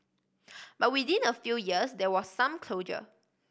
but within a few years there was some closure